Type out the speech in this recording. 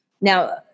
Now